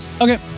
Okay